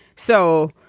so,